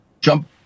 jump